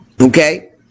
Okay